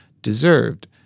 deserved